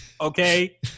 okay